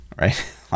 right